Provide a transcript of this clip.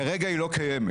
כרגע היא לא קיימת.